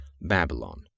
Babylon